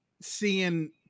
seeing